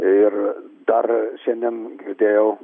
ir dar šiandien girdėjau